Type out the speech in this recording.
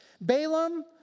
Balaam